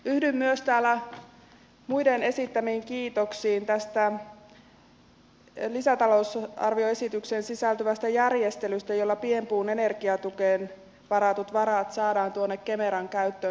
yhdyn myös täällä muiden esittämiin kiitoksiin tästä lisätalousarvioesitykseen sisältyvästä järjestelystä jolla pienpuun energiatukeen varatut varat saadaan tuonne kemeran käyttöön